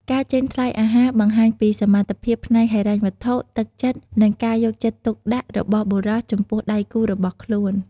ការចេញថ្លៃអាហារបង្ហាញពីសមត្ថភាពផ្នែកហិរញ្ញវត្ថុ ទឹកចិត្ត និងការយកចិត្តទុកដាក់របស់បុរសចំពោះដៃគូរបស់ខ្លួន។